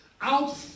out